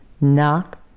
Knock